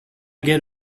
get